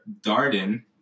darden